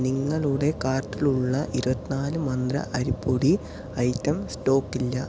നിങ്ങളുടെ കാർട്ടിലുള്ള ഇരുപത്തിനാല് മന്ത്ര അരിപ്പൊടി ഐറ്റം സ്റ്റോക്കില്ല